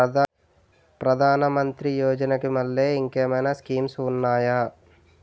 ప్రధాన మంత్రి యోజన కి మల్లె ఇంకేమైనా స్కీమ్స్ ఉన్నాయా?